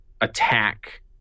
attack